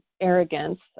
arrogance